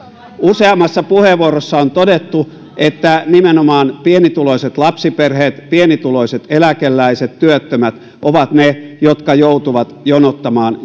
useammassa puheenvuorossa on todettu että nimenomaan pienituloiset lapsiperheet pienituloiset eläkeläiset ja työttömät ovat ne jotka joutuvat jonottamaan